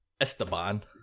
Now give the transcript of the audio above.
Esteban